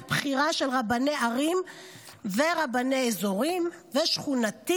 בחירה של רבני ערים ורבני אזורים ושכונות,